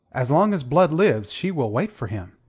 as long as blood lives, she will wait for him.